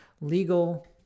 legal